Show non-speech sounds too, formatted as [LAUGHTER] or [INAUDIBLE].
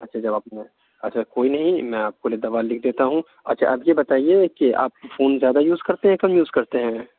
اچھا جب آپ [UNINTELLIGIBLE] اچھا کوئی نہیں میں آپ کو یہ دوا لکھ دیتا ہوں اچھا آپ یہ بتائیے کہ آپ فون زیادہ یوز کرتے ہیں کم یوز کرتے ہیں